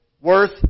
worth